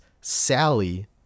Sally